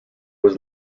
was